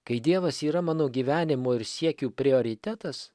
kai dievas yra mano gyvenimo ir siekių prioritetas